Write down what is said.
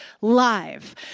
live